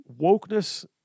Wokeness